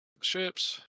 ships